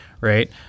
right